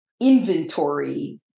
inventory